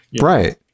right